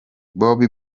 bobbi